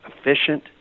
efficient